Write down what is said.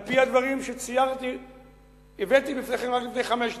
על-פי הדברים שהבאתי בפניכם רק לפני חמש דקות,